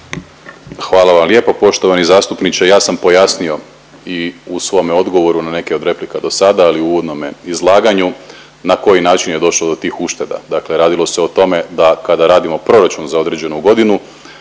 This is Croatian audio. Hvala vam lijepo poštovani zastupniče. Ja sam pojasnio i u svome odgovoru na neke od replika do sada, ali i u uvodnome izlaganju na koji način je došlo do tih ušteda. Dakle, radilo se o tome da kada radimo proračun za određenu godinu